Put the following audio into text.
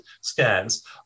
scans